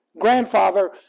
grandfather